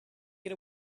get